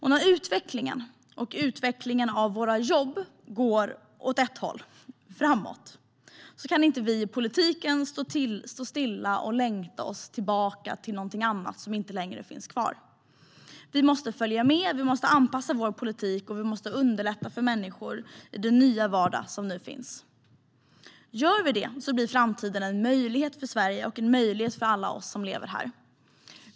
När utvecklingen och utvecklingen av våra jobb går åt ett håll - framåt - kan inte vi i politiken stå stilla och längta tillbaka till någonting annat som inte längre finns kvar. Vi måste följa med och anpassa vår politik och underlätta för människor i den nya vardag som nu finns. Gör vi det blir framtiden en möjlighet för Sverige och en möjlighet för alla oss som lever här.